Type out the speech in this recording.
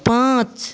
पाँच